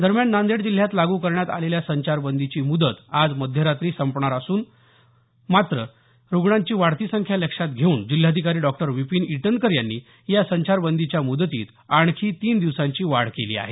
दरम्यान नांदेड जिल्ह्यात लागू करण्यात आलेल्या संचारबंदीची मुदत आज मध्यरात्री संपणार होती मात्र रुग्णांची वाढती संख्या लक्षात घेऊन जिल्हाधिकारी डॉक्टर विपीन इटनकर यांनी या संचारबंदीच्या मुदतीत आणखी तीन दिवसांची वाढ केली आहे